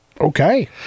okay